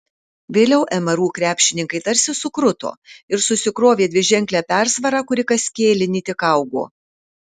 vėliau mru krepšininkai tarsi sukruto ir susikrovė dviženklę persvarą kuri kas kėlinį tik augo